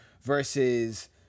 Versus